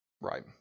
Right